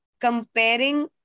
comparing